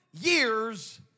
years